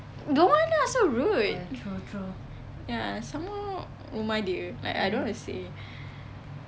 don't want ah so rude ya some more rumah dia like I don't want to say